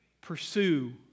pursue